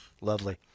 Lovely